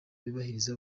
yubahiriza